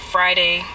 Friday